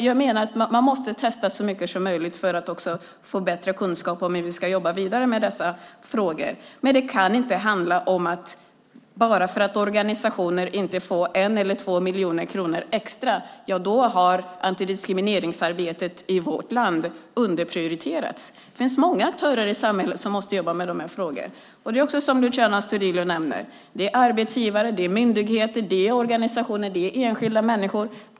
Jag menar att man måste testa så mycket som möjligt för att få bättre kunskap om hur vi ska jobba vidare med dessa frågor. Det kan inte handla om att bara för att organisationer inte får 1 eller 2 miljoner kronor extra har antidiskrimineringsarbetet i vårt land underprioriterats. Det finns många aktörer i samhället som måste jobba med de här frågorna. Det handlar också, som Luciano Astudillo nämner, om arbetsgivare, myndigheter, organisationer och enskilda människor.